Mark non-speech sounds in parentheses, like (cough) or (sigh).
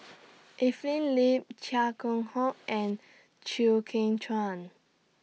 (noise) Evelyn Lip Chia Keng Hock and Chew Kheng Chuan